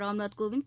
Ramnath Kovind